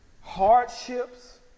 hardships